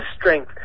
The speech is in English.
strength